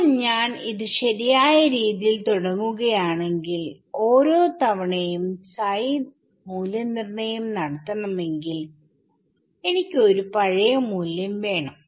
ഇപ്പോൾ ഞാൻ ഈ ശരിയായ രീതിയിൽ തുടങ്ങുകയാണെങ്കിൽഓരോ തവണയും പ്സൈ മൂല്യനിർണ്ണയം നടത്തണമെങ്കിൽ എനിക്ക് ഒരു പഴയ മൂല്യം വേണം